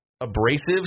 abrasive